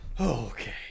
Okay